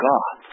God